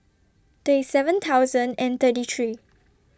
thirty seven thousand thirty three